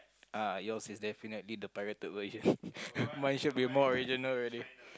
ah your is definitely the pirated version mine should be more original already